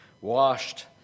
washed